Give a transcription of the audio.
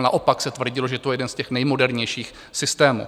Naopak se tvrdilo, že je to jeden z těch nejmodernějších systémů.